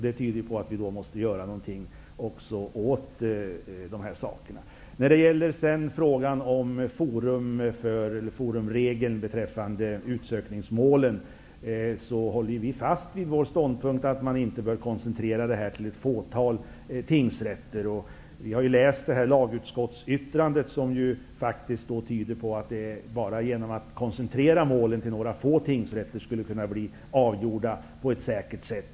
Det betyder att vi måste göra någonting åt dessa saker. När det sedan gäller forumregeln beträffande utsökningsmålen håller vi fast vid vår ståndpunkt att man inte bör koncentrera dessa mål till ett fåtal tingsrätter. Vi har läst lagutskottets yttrande. Det tyder på att man genom att koncentrera målen till några få tingsrätter skulle få dem avgjorda på ett säkert sätt.